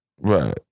Right